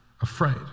afraid